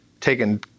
taken